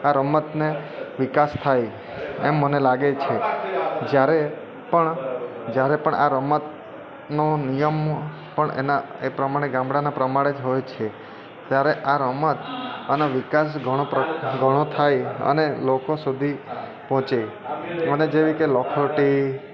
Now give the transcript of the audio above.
આ રમતને વિકાસ થાય એમ મને લાગે છે જયારે પણ જ્યારે પણ આ રમતનો નિયમ પણ એના એ પ્રમાણે ગામડાનાં પ્રમાણે જ હોય છે ત્યારે આ રમત આનો વિકાસ ઘણો ઘણો થાય અને લોકો સુધી પહોંચે અને જેવી કે લખોટી